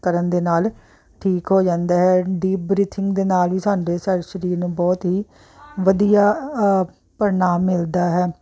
ਕਰਨ ਦੇ ਨਾਲ ਠੀਕ ਹੋ ਜਾਂਦਾ ਹੈ ਡੀਪ ਬਰੀਥਿੰਗ ਦੇ ਨਾਲ ਹੀ ਸਾਡੇ ਸਾਰੇ ਸਰੀਰ ਨੂੰ ਬਹੁਤ ਹੀ ਵਧੀਆ ਪਰਿਣਾਮ ਮਿਲਦਾ ਹੈ